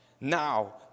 Now